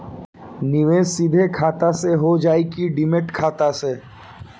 निवेश सीधे खाता से होजाई कि डिमेट खाता से?